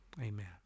amen